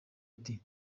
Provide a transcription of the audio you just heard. ati